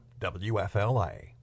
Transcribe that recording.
WFLA